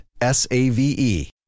S-A-V-E